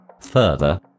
Further